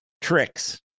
Tricks